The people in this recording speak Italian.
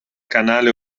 canale